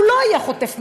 הוא לא היה חוטף מכות,